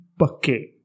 Okay